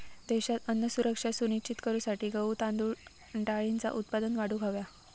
देशात अन्न सुरक्षा सुनिश्चित करूसाठी गहू, तांदूळ आणि डाळींचा उत्पादन वाढवूक हव्या